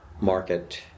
market